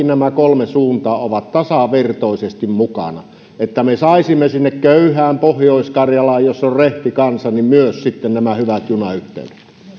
nämä kolme suuntaa ovat tasavertaisesti mukana että me saisimme myös sinne köyhään pohjois karjalaan jossa on rehti kansa sitten nämä hyvät junayhteydet